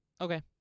Okay